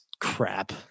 crap